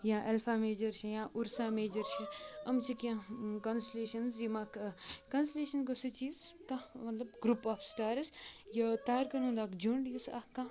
یا alpha major چھِ یا اُرسا میجَر چھِ إم چھِ کینٛہہ کانَسلیشَنٕز یِم اَکھ کَنسٕلیشَن گوٚو سُہ چیٖز یُس کانٛہہ مطلب گرُپ آف سٕٹارٕز یہِ تارکَن ہُںٛد اَکھ جُنٛڈ یُس اَکھ کانٛہہ